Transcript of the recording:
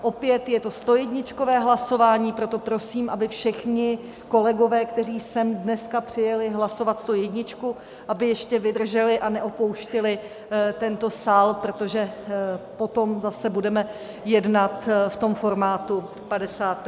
Opět je to stojedničkové hlasování, proto prosím, aby všichni kolegové, kteří sem dneska přijeli hlasovat stojedničku, ještě vydrželi a neopouštěli tento sál, protože potom zase budeme jednat v tom formátu 50 %.